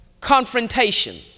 Confrontation